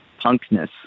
punkness